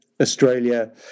Australia